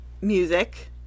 music